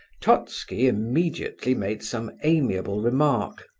totski immediately made some amiable remark.